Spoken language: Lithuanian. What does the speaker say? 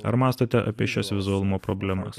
ar mąstote apie šias vizualumo problemas